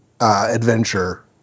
adventure—